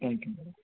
thank you